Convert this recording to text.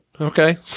okay